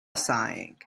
sighing